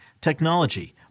technology